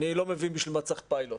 אני לא מבין בשביל מה צריך פיילוט.